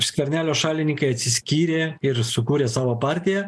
skvernelio šalininkai atsiskyrė ir sukūrė savo partiją